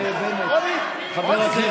זה או, חבר הכנסת בנט.